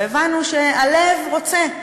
והבנו שהלב רוצה.